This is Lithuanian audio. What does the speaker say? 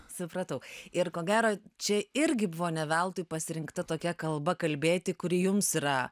supratau ir ko gero čia irgi buvo ne veltui pasirinkta tokia kalba kalbėti kuri jums yra